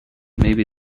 maybe